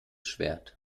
schwert